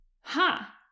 Ha